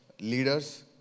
leaders